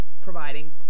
providing